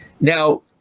Now